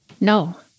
No